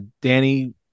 Danny